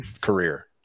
career